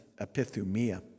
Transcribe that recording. epithumia